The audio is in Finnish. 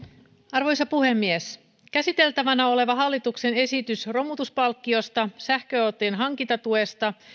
arvoisa puhemies käsiteltävänä oleva hallituksen esitys romutuspalkkiosta sähköautojen hankintatuesta